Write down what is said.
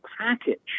package